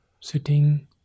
sitting